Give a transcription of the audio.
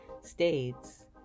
states